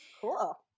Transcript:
cool